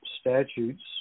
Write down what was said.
statutes